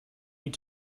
need